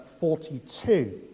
42